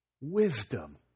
wisdom